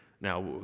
Now